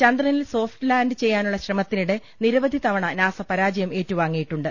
ചന്ദ്രനിൽ soft land ചെയ്യാനുള്ള ശ്രമത്തിനിടെ നിരവധി തവണ നാസ പരാജയം ഏറ്റുവാങ്ങിട്ടുണ്ട്